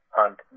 hunt